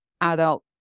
adult